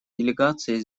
делегации